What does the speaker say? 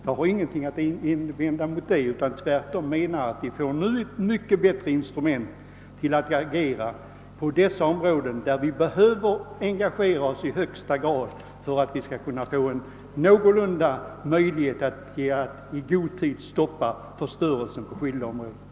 Jag har ingenting att invända häremot utan menar tvärtom att de nu får ett mycket bättre instrument för att handla på dessa områden där vi i högsta grad behöver engagera oss för att det skall finnas någorlunda goda möjligheter att i god tid stoppa förstörelsen på skilda områden.